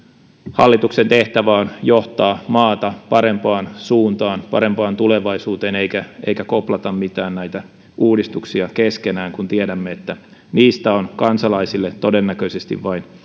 hallituksen tehtävä on johtaa maata parempaan suuntaan parempaan tulevaisuuteen eikä koplata mitään näitä uudistuksia keskenään kun tiedämme että niistä on kansalaisille todennäköisesti vain